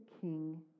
king